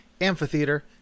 Amphitheater